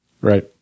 right